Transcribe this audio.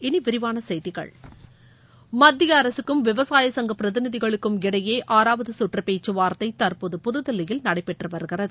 இனி விரிவான செய்திகள் மத்திய அரசுக்கும் விவசாய சங்க பிரதிநிதிகளுக்கும் இடையே ஆறாவது கற்று பேச்சுவார்தை தற்போது புதுதில்லியில் நடைபெற்று வருகிறது